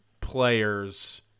players